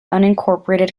unincorporated